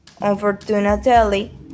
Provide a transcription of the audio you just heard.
Unfortunately